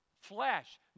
flesh